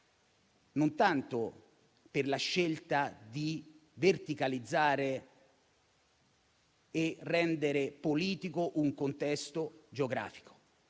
non tanto per la scelta di verticalizzare e rendere politico un contesto geografico,